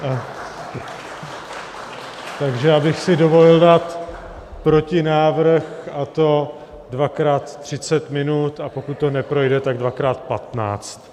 Takže bych si dovolil dát protinávrh, a to dvakrát 30 minut, a pokud to neprojde, tak dvakrát 15.